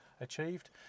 achieved